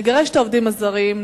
נגרש את העובדים הזרים,